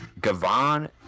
gavon